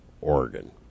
Oregon